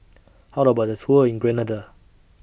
How about The Tour in Grenada